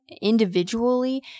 individually